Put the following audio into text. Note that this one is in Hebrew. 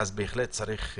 באמת צריכים,